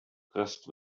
rest